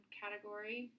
category